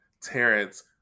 Terrence